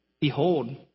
Behold